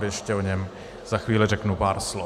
Ještě o něm za chvíli řeknu pár slov.